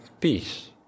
peace